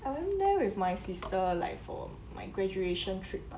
I went there with my sister like for my graduation trip lah